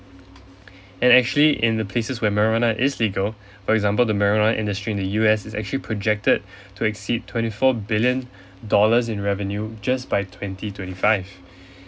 and actually in the places where marijuana is legal for example the marijuana industry in the U_S is actually projected to exceed twenty four billion dollars in revenue just by twenty twenty five